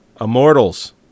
Immortals